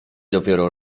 dopiero